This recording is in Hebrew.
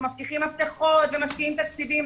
ומבטיחים הבטחות ומשקיעים תקציבים.